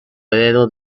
dedo